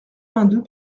vingt